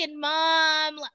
mom